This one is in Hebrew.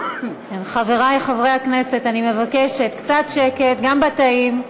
חברי חברי הכנסת, אני מבקשת קצת שקט גם בתאים,